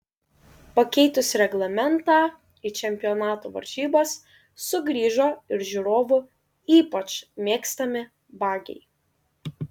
pakeitus reglamentą į čempionato varžybas sugrįžo ir žiūrovų ypač mėgstami bagiai